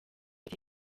iri